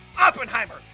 Oppenheimer